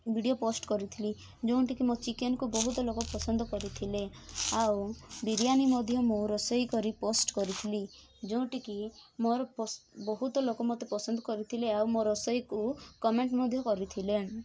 video post କରିଥିଲି ଯେଉଁଠି କି ମୋ ଚିକେନକୁ ବହୁତ ଲୋକ ପସନ୍ଦ କରିଥିଲେ ଆଉ ବିରିୟାନି ମଧ୍ୟ ମୁଁ ରୋଷେଇ କରି ପୋଷ୍ଟ କରିଥିଲି ଯେଉଁଠି କି ମୋର ପସ ବହୁତ ଲୋକ ମତେ ପସନ୍ଦ କରିଥିଲେ ଆଉ ମୋ ରୋଷେଇକୁ କମେଣ୍ଟ ମଧ୍ୟ କରିଥିଲେ